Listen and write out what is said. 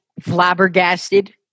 Flabbergasted